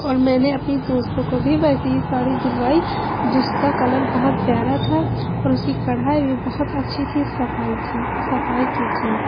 اور میں نے اپنی دوستوں کو بھی ویسی ہی ساڑی دلوائی جس کا کلر بہت پیارا تھا اور اس کی کڑھائی بھی بہت اچھی تھی صفائی تھی صفائی کی تھی